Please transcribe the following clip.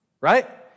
right